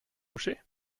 couchée